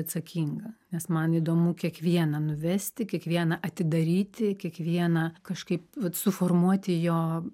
atsakinga nes man įdomu kiekvieną nuvesti kiekvieną atidaryti kiekvieną kažkaip vat suformuoti jo